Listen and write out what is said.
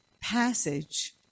passage